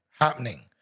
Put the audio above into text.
happening